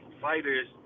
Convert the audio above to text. fighters